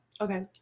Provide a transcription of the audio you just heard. Okay